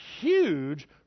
huge